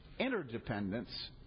Interdependence